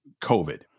COVID